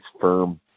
firm